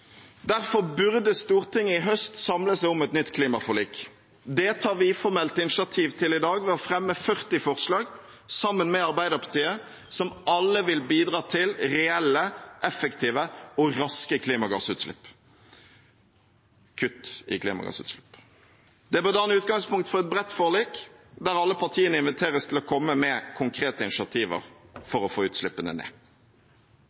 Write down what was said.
Derfor burde Stortinget i høst samle seg om et nytt klimaforlik. Det tar vi formelt initiativ til i dag ved å fremme 40 forslag – sammen med Arbeiderpartiet – som alle vil bidra til reelle, effektive og raske kutt i klimagassutslipp. Det bør danne utgangspunkt for et bredt forlik der alle partiene inviteres til å komme med konkrete initiativer